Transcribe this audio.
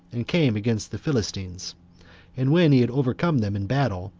and came against the philistines and when he had overcome them in battle,